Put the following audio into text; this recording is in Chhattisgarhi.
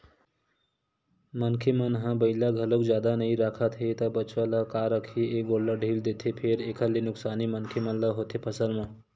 मनखे मन ह बइला घलोक जादा नइ राखत हे त बछवा ल का करही ए गोल्लर ढ़ील देथे फेर एखर ले नुकसानी मनखे मन ल होथे फसल म